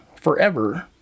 forever